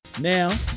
Now